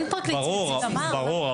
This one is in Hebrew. ברור,